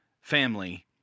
family